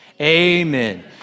Amen